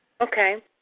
Okay